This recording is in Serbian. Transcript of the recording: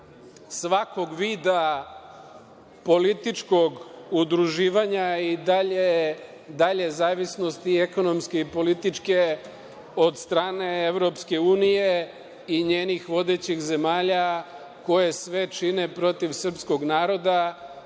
svakog vida političkog udruživanja i dalje zavisnosti ekonomski i političke od strane EU i njenih vodećih zemalja, koje sve čine protiv srpskog naroda